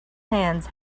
hands